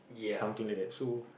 something like that so